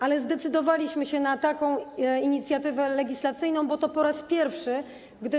Ale zdecydowaliśmy się na taką inicjatywę legislacyjną, bo to po raz pierwszy, gdy.